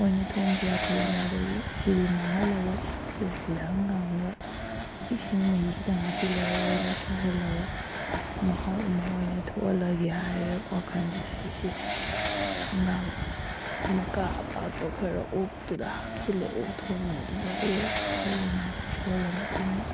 ꯑꯣꯏꯅ ꯊꯣꯡꯁꯤꯔ ꯈꯜꯂꯝꯕꯗꯒꯤ ꯁꯤꯗꯤ ꯃꯥꯡꯍꯜꯂꯔꯣꯏ ꯑꯣꯛꯁꯤꯗ ꯍꯪꯒꯥꯝꯒ ꯏꯁꯤꯡ ꯃꯍꯤ ꯈꯤꯇꯪ ꯍꯥꯞꯆꯤꯜꯂꯒ ꯑꯣꯏꯅ ꯁꯧꯍꯜꯂꯒ ꯃꯍꯥꯎ ꯑꯃ ꯑꯣꯏꯅ ꯊꯣꯛꯍꯜꯂꯒꯦ ꯍꯥꯏꯅ ꯋꯥꯈꯜꯁꯤꯗ ꯑꯩꯁꯦ ꯍꯪꯒꯥꯝ ꯃꯀꯥ ꯑꯄꯥꯛꯄ ꯈꯔ ꯑꯣꯛꯇꯨꯗ ꯍꯥꯞꯆꯤꯜꯂꯦ ꯑꯣꯛ ꯊꯣꯡꯕꯗꯨꯗ ꯑꯗꯨꯒ ꯁꯧꯍꯜꯂꯦ ꯉꯥꯏꯍꯥꯛꯇꯪ ꯁꯧꯍꯜꯂꯕ ꯃꯇꯨꯡꯗ